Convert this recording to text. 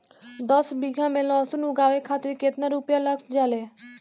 दस बीघा में लहसुन उगावे खातिर केतना रुपया लग जाले?